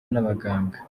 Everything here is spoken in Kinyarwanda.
n’abaganga